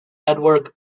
edward